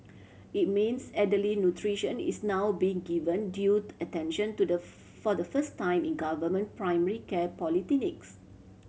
it means elderly nutrition is now being given due attention to the for the first time in government primary care polyclinics